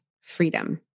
freedom